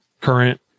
current